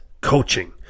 coaching